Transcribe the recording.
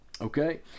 okay